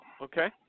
Okay